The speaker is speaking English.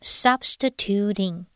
substituting